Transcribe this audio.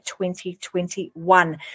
2021